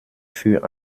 für